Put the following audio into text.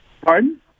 Pardon